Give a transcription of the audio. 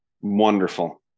wonderful